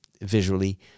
visually